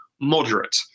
moderate